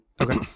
Okay